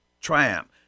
triumph